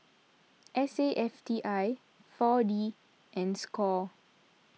S A F T I four D and Score